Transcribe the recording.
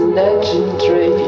legendary